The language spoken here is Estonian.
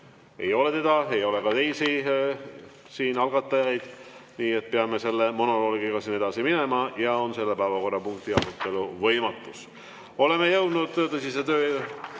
Ei ole teda, ei ole ka teisi algatajaid. Nii et peame selle monoloogiga siin edasi minema ja on selle päevakorrapunkti arutelu võimatus. Oleme jõudnud tõsise töö